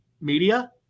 media